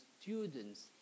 students